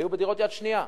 היתה בדירות יד שנייה.